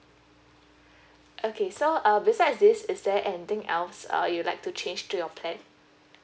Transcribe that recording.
okay so uh besides this is there anything else uh you'd like to change to your plan